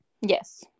Yes